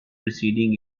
preceding